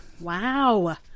Wow